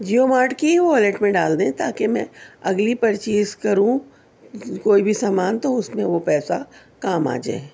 جیو مارٹ کی والیٹ میں ڈال دیں تاکہ اگلی پرچیز کروں کوئی بھی سامان تو اس میں وہ پیسہ کام آ جائے